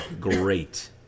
great